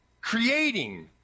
creating